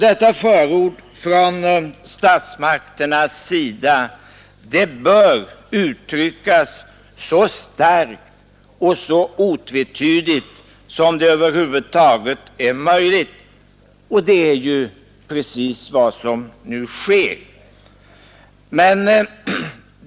Detta förord från statsmakternas sida bör uttryckas så starkt och så otvetydigt som över huvud taget är möjligt. Det är precis vad som nu sker.